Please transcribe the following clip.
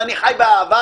ואני חי באהבה.